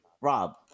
Rob